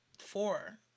four